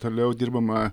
toliau dirbama